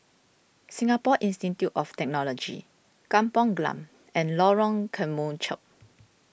Singapore Institute of Technology Kampong Glam and Lorong Kemunchup